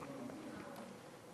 ואחרי אירועים,